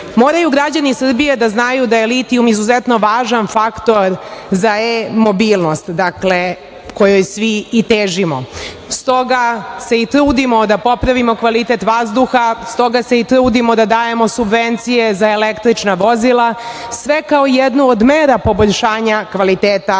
građani Srbije da znaju da je litijum izuzetno važan faktor za e-mobilnost, dakle, kojoj svi i težimo, s toga se i trudimo da popravimo kvalitet vazduha, s toga se i trudimo da dajemo subvencije za električna vozila, sve kao jednu od mera poboljšanja kvaliteta vazduha.